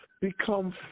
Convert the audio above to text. become